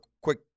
quick